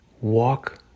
Walk